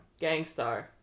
Gangstar